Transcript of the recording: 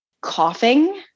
coughing